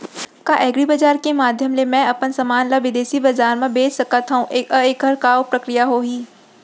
का एग्रीबजार के माधयम ले मैं अपन समान ला बिदेसी बजार मा बेच सकत हव अऊ एखर का प्रक्रिया होही?